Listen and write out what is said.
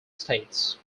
states